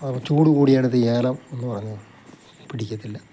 അവ ചൂട് കൂടിയിടത്ത് ഏലം എന്നു പറഞ്ഞ് പിടിക്കത്തില്ല